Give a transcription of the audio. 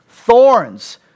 thorns